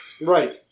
right